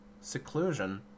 seclusion